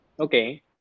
Okay